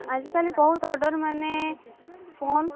ଆଜିକାଲି ବହୁତ ଅର୍ଡ଼ର୍ ମାନେ ଫୋନ୍